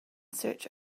search